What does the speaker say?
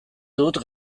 dut